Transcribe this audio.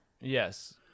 Yes